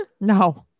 No